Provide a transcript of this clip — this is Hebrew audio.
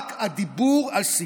רק הדיבור על סיפוח,